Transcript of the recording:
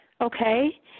okay